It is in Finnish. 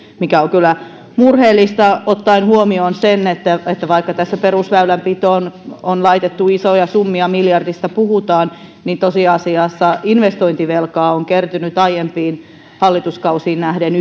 on kyllä murheellista ottaen huomioon sen että että vaikka tässä perusväylänpitoon on laitettu isoja summia miljardista puhutaan niin tosiasiassa investointivelkaa on kertynyt aiempiin hallituskausiin nähden